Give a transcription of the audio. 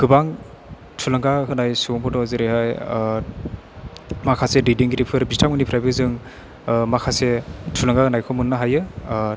गोबां थुलुंगा होनाय सुबुंबो दङ जेरैहाय माखासे दैदेनगिरिफोर बिथांमोननिफ्रायबो जों माखासे थुलुंगा होनायखौ मोननो हायो